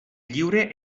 lliure